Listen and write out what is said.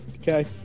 okay